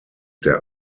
der